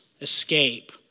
escape